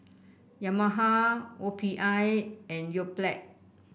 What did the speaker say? Yamaha O P I and Yoplait